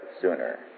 sooner